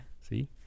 see